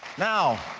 now,